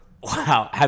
Wow